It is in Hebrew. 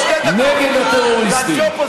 נגד הטרוריסטים.